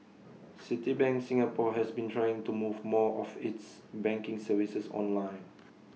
Citibank Singapore has been trying to move more of its banking services online